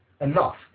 enough